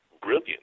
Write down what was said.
brilliant